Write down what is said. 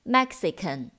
Mexican